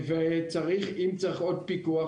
אם צריך עוד פיקוח,